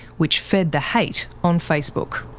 which fed the hate on facebook.